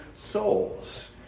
souls